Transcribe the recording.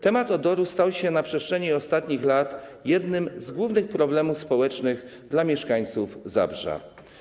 Temat odoru stał się na przestrzeni ostatnich lat jednym z głównych problemów społecznych w przypadku mieszkańców Zabrza.